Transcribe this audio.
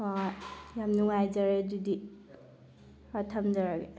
ꯍꯣꯏ ꯌꯥꯝꯅ ꯅꯨꯡꯉꯥꯏꯖꯔꯦ ꯑꯗꯨꯗꯤ ꯊꯝꯖꯔꯒꯦ